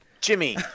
Jimmy